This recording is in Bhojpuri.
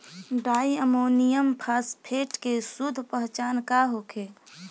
डाइ अमोनियम फास्फेट के शुद्ध पहचान का होखे?